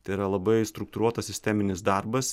tai yra labai struktūruotas sisteminis darbas